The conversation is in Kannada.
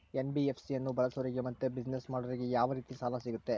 ಎನ್.ಬಿ.ಎಫ್.ಸಿ ಅನ್ನು ಬಳಸೋರಿಗೆ ಮತ್ತೆ ಬಿಸಿನೆಸ್ ಮಾಡೋರಿಗೆ ಯಾವ ರೇತಿ ಸಾಲ ಸಿಗುತ್ತೆ?